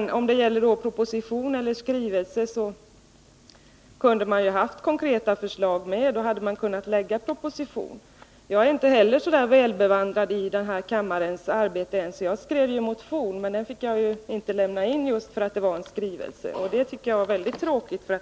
När det gäller proposition eller skrivelse, så tycker jag att man kunde ha haft konkreta förslag med, och då hade man kunnat framlägga en proposition. Jag är inte heller så väl bevandrad i denna kammares arbete. Jag skrev en motion, som jag inte fick lämna in, just därför att det kom en skrivelse i stället för en proposition. Det var tråkigt. På det